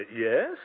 Yes